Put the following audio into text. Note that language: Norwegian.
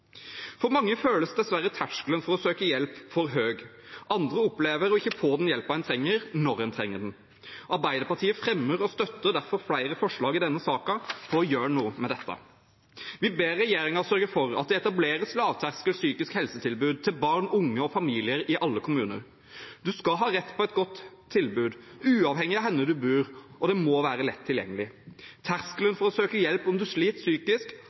For mange føles dessverre terskelen for å søke hjelp for høy. Andre opplever å ikke få den hjelpen en trenger, når en trenger den. Arbeiderpartiet fremmer og støtter derfor flere forslag i denne saken for å gjøre noe med dette. Vi ber regjeringen sørge for at det etableres lavterskel psykisk helsetilbud til barn, unge og familier i alle kommuner. En skal ha rett til et godt tilbud uavhengig av hvor en bor, og det må være lett tilgjengelig. Terskelen for å søke hjelp om en sliter psykisk,